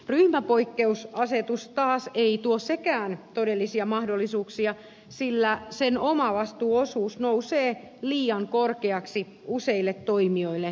ryhmäpoikkeusasetus taas ei tuo sekään todellisia mahdollisuuksia sillä sen omavastuuosuus nousee liian korkeaksi useille toimijoille työllistämiseen